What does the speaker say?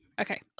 okay